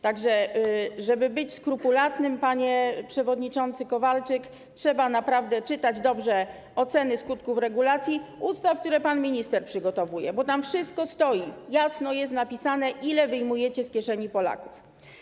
Tak że, żeby być skrupulatnym, panie przewodniczący Kowalczyk, trzeba naprawdę dobrze czytać oceny skutków regulacji ustaw, które pan minister przygotowuje, bo tam wszystko stoi, jest jasno napisane, ile wyjmujecie z kieszeni Polaków.